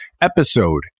episode